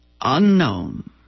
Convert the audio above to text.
unknown